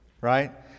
right